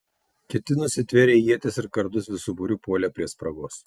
kiti nusitvėrę ietis ir kardus visu būriu puolė prie spragos